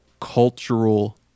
cultural